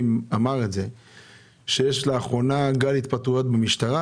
אמר שלאחרונה יש גל התפטרויות במשטרה,